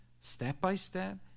step-by-step